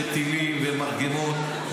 וטילים ומרגמות,